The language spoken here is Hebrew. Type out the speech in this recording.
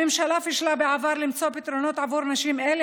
הממשלה פישלה בעבר במציאת פתרונות עבור נשים אלה,